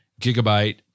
gigabyte